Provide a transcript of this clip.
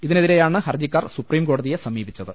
ഇതിനെതിരെയാണ് ഹർജിക്കാർ സുപ്രീംകോടതിയെ സമീപിച്ചത്